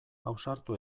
ausartu